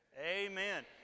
Amen